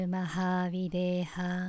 Mahavideha